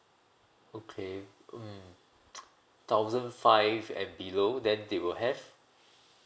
okay mm thousand five and below then they will have